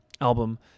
album